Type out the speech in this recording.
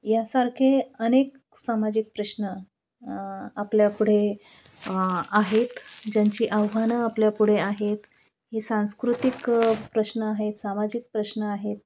यासारखे अनेक सामाजिक प्रश्न आपल्यापुढे आहेत ज्यांची आव्हानं आपल्यापुढे आहेत ही सांस्कृतिक प्रश्न आहेत सामाजिक प्रश्न आहेत